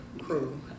crew